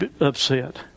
upset